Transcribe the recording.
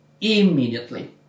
immediately